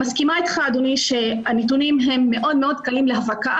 אני מסכימה אתך אדוני שהנתונים הם מאוד מאוד קלים להפקה